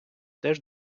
теж